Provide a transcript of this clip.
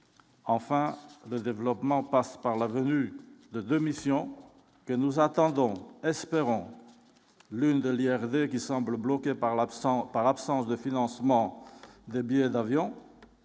enfin le développement passe par la venue de 2 missions que nous attendons, espérons-le, ne l'y avait qui semble bloquée par l'absence, par l'absence de financement des billets d'avion,